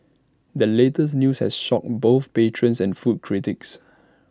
the latest news has shocked both patrons and food critics